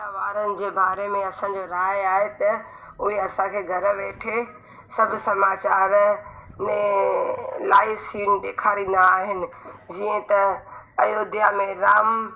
media वारनि जे बारे में असांजो राइ आहे त उहे असांखे घर वेठे सभु समाचार में लाईव सीन ॾेखारींदा आहिनि जीअं त अयोध्या में राम